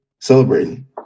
celebrating